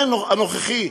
כן, הנוכחי.